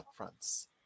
Upfronts